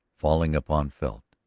falling upon felt.